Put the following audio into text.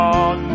on